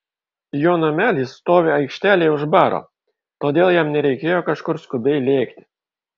jo namelis stovi aikštelėje už baro todėl jam nereikėjo kažkur skubiai lėkti